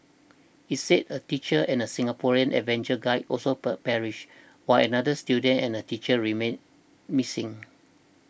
it said a teacher and Singaporean adventure guide also perished while another student and a teacher remain missing